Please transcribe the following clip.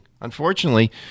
Unfortunately